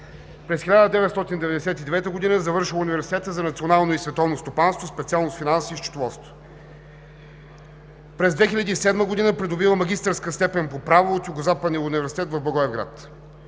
През 1999 г. завършва Университета за национално и световно стопанство – специалност „Финанси и счетоводство“. През 2007 г. придобива магистърска степен по право от Югозападния университет в Благоевград.